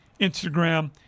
Instagram